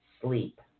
sleep